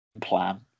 plan